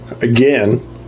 again